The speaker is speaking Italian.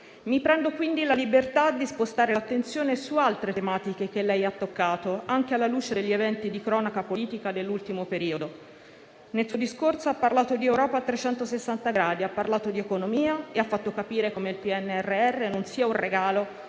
Mi prendo quindi la libertà di spostare l'attenzione su altre tematiche che lei ha toccato, anche alla luce degli eventi di cronaca politica dell'ultimo periodo. Nel suo discorso ha parlato di Europa a 360 gradi, ha parlato di economia e ha fatto capire come il PNRR non sia un regalo,